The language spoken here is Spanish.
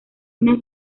una